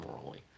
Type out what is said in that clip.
morally